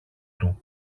του